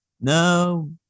no